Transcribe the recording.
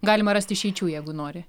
galima rast išeičių jeigu nori